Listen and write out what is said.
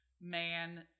man